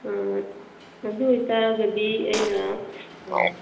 ꯑꯥ ꯑꯗꯨ ꯑꯣꯏꯇꯥꯔꯒꯗꯤ ꯑꯩꯅ